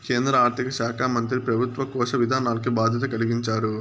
కేంద్ర ఆర్థిక శాకా మంత్రి పెబుత్వ కోశ విధానాల్కి బాధ్యత కలిగించారు